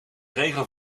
regelen